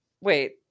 wait